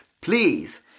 Please